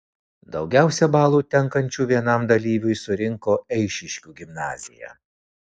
daugiausiai balų tenkančių vienam dalyviui surinko eišiškių gimnazija